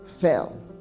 fell